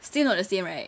still not the same right